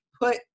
put